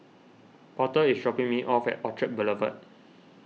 Porter is dropping me off at Orchard Boulevard